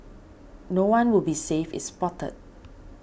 no one will be safe is spotted